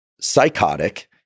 Psychotic